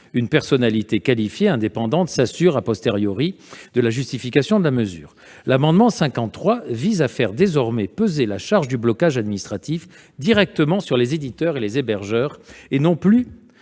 une personnalité qualifiée indépendante s'assure de la justification de la mesure. L'amendement n° 53 vise à faire peser la charge du blocage administratif directement sur les éditeurs et les hébergeurs, blocage